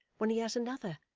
when he has another,